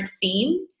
theme